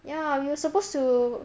ya we were supposed to